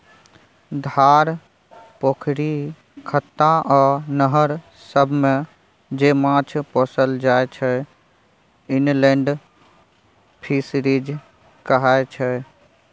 धार, पोखरि, खत्ता आ नहर सबमे जे माछ पोसल जाइ छै इनलेंड फीसरीज कहाय छै